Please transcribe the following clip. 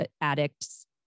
addicts